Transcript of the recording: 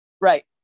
right